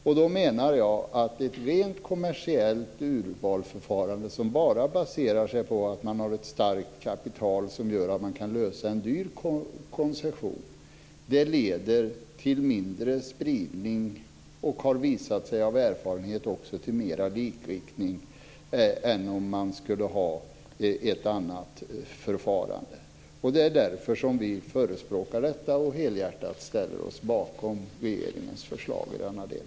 Jag menar att ett rent kommersiellt urvalsförfarande som bara baserar sig på att man har ett starkt kapital som gör att man kan lösa en dyr koncession leder till mindre spridning. Erfarenheten har också visat att det leder till mer likriktning än om man skulle ha ett annat förfarande. Det är därför vi förespråkar detta och helhjärtat ställer oss bakom regeringens förslag i denna del.